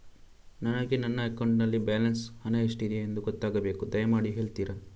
ನನಗೆ ನನ್ನ ಅಕೌಂಟಲ್ಲಿ ಬ್ಯಾಲೆನ್ಸ್ ಹಣ ಎಷ್ಟಿದೆ ಎಂದು ಗೊತ್ತಾಗಬೇಕು, ದಯಮಾಡಿ ಹೇಳ್ತಿರಾ?